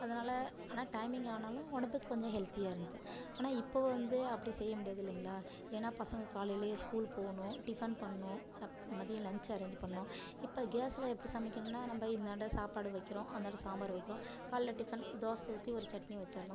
அதனால் ஆனால் டைமிங் ஆனாலும் உடம்புக்கு கொஞ்சம் ஹெல்த்தியாக இருந்தது ஆனால் இப்போ வந்து அப்படி செய்ய முடியாது இல்லைங்களா ஏன்னா பசங்க காலைலேயே ஸ்கூல் போகணும் டிஃபன் பண்ணும் அப் மதியம் லன்ச் அரேஞ் பண்ணும் இப்போ கேஸுல் எப்படி சமைக்கிறன்னா நம்ம இந்தாண்டு சாப்பாடு வைக்கிறோம் அந்தாண்ட சாம்பார் வைக்கிறோம் காலையில் டிஃபன் தோசை ஊற்றி ஒரு சட்னி வச்சர்லாம்